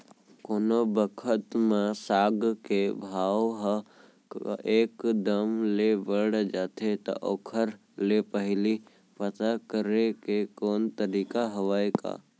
कोनो बखत म साग के भाव ह एक दम ले बढ़ जाथे त ओखर ले पहिली पता करे के कोनो तरीका हवय का?